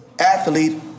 athlete